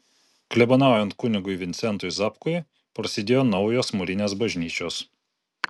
klebonaujant kunigui vincentui zapkui prasidėjo naujos mūrinės bažnyčios